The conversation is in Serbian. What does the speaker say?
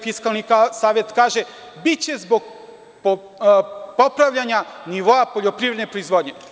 Fiskalni savet kaže – biće zbog popravljanja nivoa poljoprivredne proizvodnje.